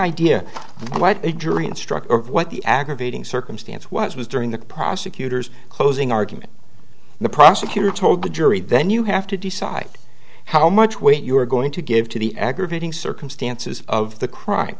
idea what a jury instruction or what the aggravating circumstance was was during the prosecutor's closing argument the prosecutor told the jury then you have to decide how much weight you're going to give to the aggravating circumstances of the crime